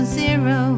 zero